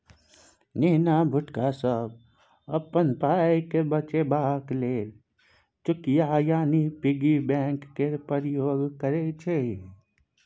नेना भुटका सब अपन पाइकेँ बचेबाक लेल चुकिया यानी पिग्गी बैंक केर प्रयोग करय छै